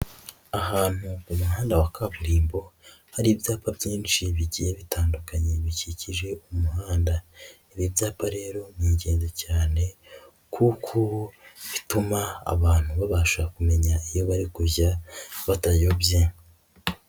Ahantu mu muhanda wa kaburimbo hari ibyapa byinshi bigiye bitandukanye bikikije umuhanda, ibi byapa rero ni ingenzi cyane kuko bituma abantu babasha kumenya iyo bari kujya batayobye.